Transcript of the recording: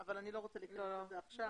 אבל אני לא רוצה לפתוח את זה עכשיו.